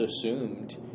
assumed